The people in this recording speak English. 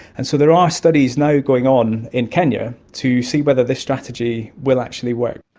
and so there are studies now going on in kenya to see whether this strategy will actually work.